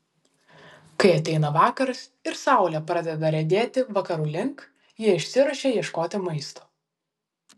kai ateina vakaras ir saulė pradeda riedėti vakarų link jie išsiruošia ieškoti maisto